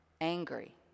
angry